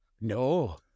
No